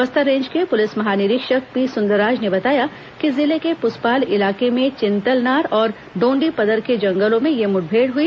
Bastar range के police महानिरीक्षक P Sundarraj ने बताया कि जिले के पुसपाल इलाके में चिंतलनार और डोंडीपदर के जंगलों में यह मुठभेड़ हई